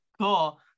Cool